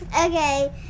Okay